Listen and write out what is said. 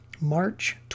March